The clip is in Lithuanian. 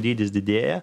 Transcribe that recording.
dydis didėja